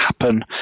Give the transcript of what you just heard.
happen